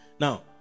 Now